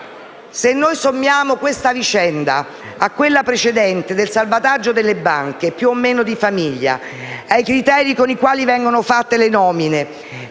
Se sommiamo questa vicenda a quella precedente del salvataggio delle banche più o meno di famiglia e ai criteri con i quali vengono fatte le nomine,